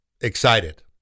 excited